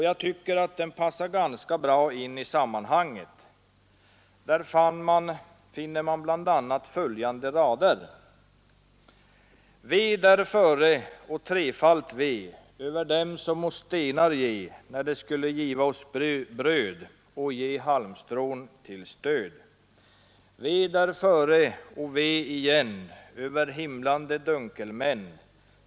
Jag tycker den passar bra i sammanhanget. Där finns bl.a. följande rader: över dem som oss stenar ge när de skulle giva oss bröd och ge halmstrån åt oss till stöd.